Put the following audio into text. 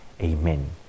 Amen